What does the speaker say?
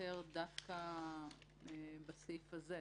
לוותר דווקא בסעיף הזה.